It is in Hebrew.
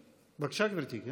בבקשה, גברתי.